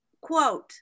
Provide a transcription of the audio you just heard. quote